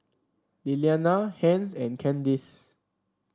Lilianna Hence and Candyce